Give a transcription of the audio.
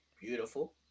Beautiful